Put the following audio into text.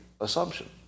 assumption